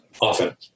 often